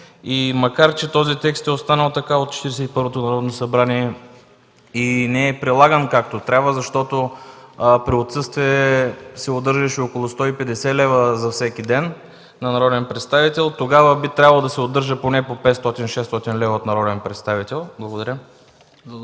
дни. Този текст е останал така от Четиридесет и първото Народно събрание и не е прилаган както трябва, защото при отсъствие се удържаше около 150 лв. за всеки ден на народен представител. Тогава би трябвало да се удържа по 500-600 лв. от народен представител. Благодаря.